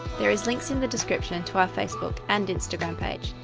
there is links in the description to our facebook and instagram page,